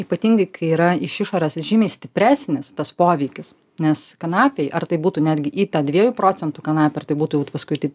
ypatingai kai yra iš išorės žymiai stipresnis tas poveikis nes kanapėj ar tai būtų netgi į tą dviejų procentų kanapę ar tai būtų jau paskui taip